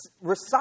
recite